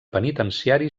penitenciari